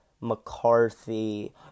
McCarthy